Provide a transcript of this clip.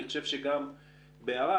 אני חושב שגם בהערה,